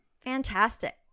Fantastic